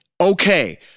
okay